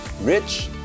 rich